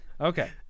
Okay